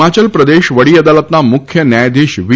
હિમાચલ પ્રદેશ વાડી અદાલતના મુખ્ય ન્યાયાધીશ વી